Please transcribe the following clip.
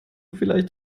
vielleicht